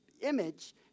image